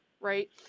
Right